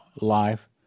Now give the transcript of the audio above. life